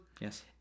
Yes